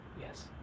Yes